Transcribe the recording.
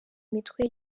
imitwe